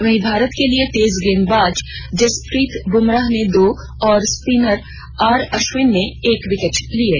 वहीं भारत के लिए तेज गेंदबाज जसप्रीत बुमराह ने दो और स्पिनर आर अश्विन ने एक विकेट लिये